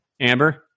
Amber